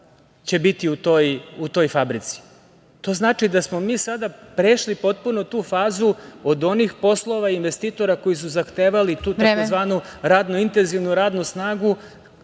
će biti u toj fabrici. To znači da smo mi sada prešli potpuno tu fazu od onih poslova i investitora koji su zahtevali tu tzv. radno intenzivnu radnu snagu.